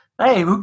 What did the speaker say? Hey